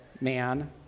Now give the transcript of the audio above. man